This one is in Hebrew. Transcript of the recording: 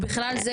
ובכלל זה,